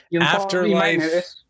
Afterlife